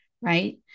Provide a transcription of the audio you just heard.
right